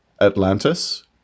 Atlantis